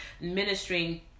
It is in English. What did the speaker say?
ministering